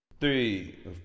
three